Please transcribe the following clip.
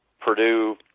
Purdue